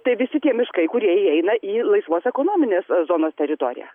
tai visi tie miškai kurie įeina į laisvos ekonominės zonos teritoriją